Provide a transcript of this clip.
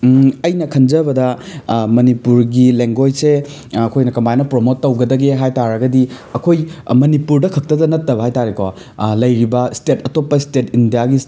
ꯑꯩꯅ ꯈꯟꯖꯕꯗ ꯃꯅꯤꯄꯨꯔꯒꯤ ꯂꯦꯡꯒ꯭ꯋꯦꯁꯁꯦ ꯑꯩꯈꯣꯏꯅ ꯀꯃꯥꯏꯅ ꯄ꯭ꯔꯣꯃꯣꯠ ꯇꯧꯒꯗꯒꯦ ꯍꯥꯏ ꯇꯥꯔꯒꯗꯤ ꯑꯩꯈꯣꯏ ꯃꯅꯤꯄꯨꯔꯗ ꯈꯛꯇꯗ ꯅꯠꯇꯕꯤꯗ ꯍꯥꯏ ꯇꯥꯔꯦꯀꯣ ꯂꯩꯔꯤꯕ ꯁ꯭ꯇꯦꯠ ꯑꯇꯣꯞꯄ ꯁ꯭ꯇꯦꯠ ꯏꯟꯗꯤꯌꯥꯒꯤ